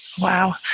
Wow